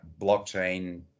blockchain